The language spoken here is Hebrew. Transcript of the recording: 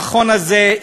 המכון הזה,